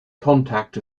contact